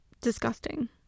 Disgusting